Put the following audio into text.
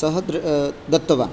सः द्र् दत्तवान्